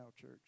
church